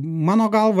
mano galva